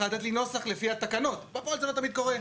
ואשר נדרשת לו לצורך הגשת הבקשה להיתר ובלבד שהתקיימו שניים אלה: